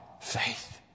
faith